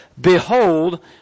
behold